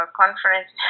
conference